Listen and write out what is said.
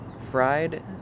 fried